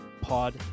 Pod